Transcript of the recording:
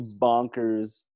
bonkers